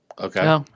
Okay